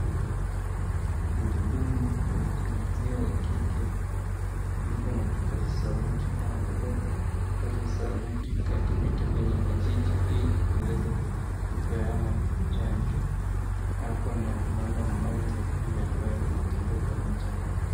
Mhudumu wa jinsia ya kike yuko na kipaza sauti anaendelea kupaza sauiti akipita kwenye vijiji ilikuweza kupeana chanjo. Ako na mama mmoja pia ambaye anatembea pamoja naye.